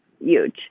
Huge